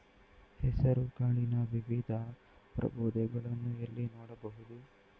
ಹೆಸರು ಕಾಳಿನ ವಿವಿಧ ಪ್ರಭೇದಗಳನ್ನು ಎಲ್ಲಿ ನೋಡಬಹುದು?